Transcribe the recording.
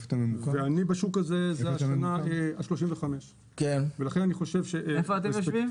זו השנה ה-35 שאני בשוק הזה.